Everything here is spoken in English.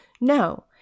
No